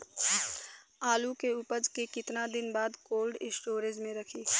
आलू के उपज के कितना दिन बाद कोल्ड स्टोरेज मे रखी?